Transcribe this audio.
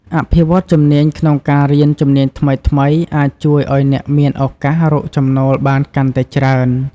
អភិវឌ្ឍជំនាញក្នុងការរៀនជំនាញថ្មីៗអាចជួយឱ្យអ្នកមានឱកាសរកចំណូលបានកាន់តែច្រើន។